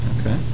Okay